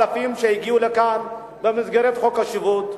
האלפים שהגיעו לכאן במסגרת חוק השבות,